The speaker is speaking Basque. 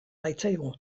baitzaigu